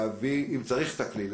אם צריך את הכלי,